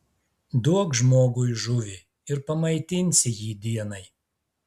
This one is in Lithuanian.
duok žmogui žuvį ir pamaitinsi jį dienai